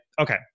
okay